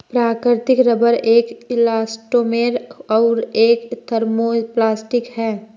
प्राकृतिक रबर एक इलास्टोमेर और एक थर्मोप्लास्टिक है